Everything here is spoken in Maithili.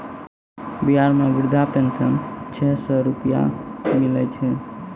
बिहार मे वृद्धा पेंशन छः सै रुपिया मिलै छै